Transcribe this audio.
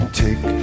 take